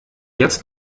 jetzt